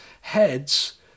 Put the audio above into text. heads